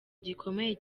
gikomeye